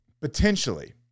potentially